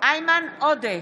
איימן עודה,